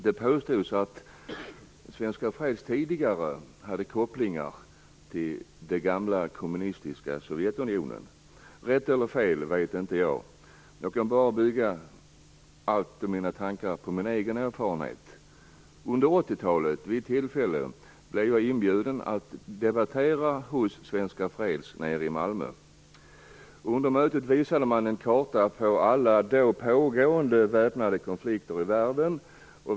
Det påstods att den organisationen tidigare hade kopplingar till det gamla kommunistiska Sovjetunionen. Jag vet inte om det är rätt eller fel. Jag kan bara bygga mina tankar på min egen erfarenhet. Vid ett tillfälle under 80-talet blev jag inbjuden att debattera hos Svenska Freds nere i Malmö. Under mötet visade man en karta på alla då pågående väpnade konflikter i världen.